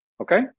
Okay